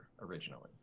originally